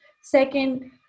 second